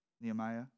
Nehemiah